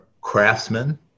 craftsmen